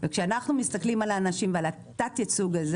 וכשאנחנו מסתכלים על האנשים ועל תת הייצוג הזה,